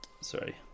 sorry